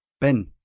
Ben